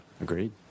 Agreed